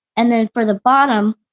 and then for the bottom.